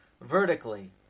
vertically